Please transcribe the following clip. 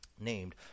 named